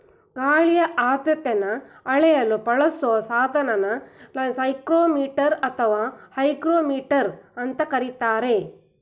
ಗಾಳಿಯ ಆರ್ದ್ರತೆನ ಅಳೆಯಲು ಬಳಸೊ ಸಾಧನನ ಸೈಕ್ರೋಮೀಟರ್ ಅಥವಾ ಹೈಗ್ರೋಮೀಟರ್ ಅಂತ ಕರೀತಾರೆ